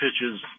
pitches